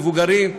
מבוגרים,